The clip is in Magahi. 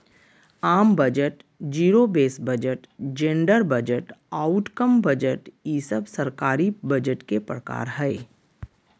आम budget, zero base budget, gender budget, outcome budget ई सब सरकारी बजट के प्रकार हय